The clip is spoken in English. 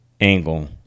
angle